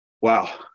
wow